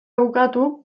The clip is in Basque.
bukatu